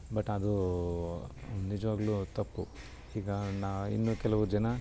but ಅದು ನಿಜವಾಗ್ಲೂ ತಪ್ಪು ಈಗ ನಾನು ಇನ್ನೂ ಕೆಲವು ಜನ